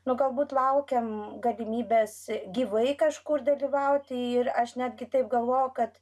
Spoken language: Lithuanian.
nu galbūt laukiam galimybės gyvai kažkur dalyvauti ir aš net kitaip galvoju kad